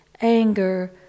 anger